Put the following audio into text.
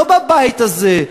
לא בבית הזה,